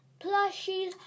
Plushies